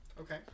Okay